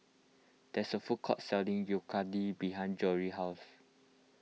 there's a food court selling Yakitori behind Jory's house